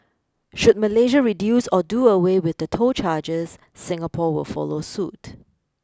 should Malaysia reduce or do away with the toll charges Singapore will follow suit